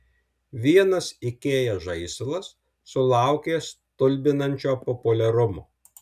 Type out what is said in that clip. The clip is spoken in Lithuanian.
vienas ikea žaislas sulaukė stulbinančio populiarumo